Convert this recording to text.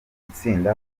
gutsinda